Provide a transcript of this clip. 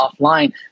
offline